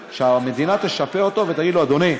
שהמדינה תשפה אותו ותגיד לו: אדוני,